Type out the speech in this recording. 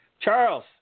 Charles